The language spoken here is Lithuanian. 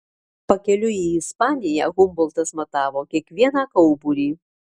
pakeliui į ispaniją humboltas matavo kiekvieną kauburį